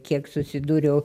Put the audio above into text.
kiek susidūriau